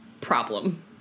problem